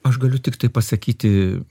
aš galiu tiktai pasakyti